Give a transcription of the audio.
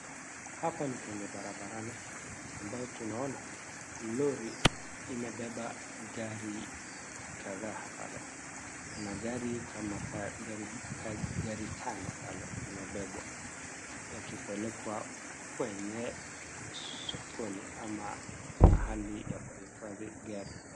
Hapa ni kwenye barabarani ambao tunaona lori imebeba gari kadhaa hapa kuna gari kama gari tano amebebwa yakipelekwa kwenye sokoni ama mahali ya kuhifadhi gari.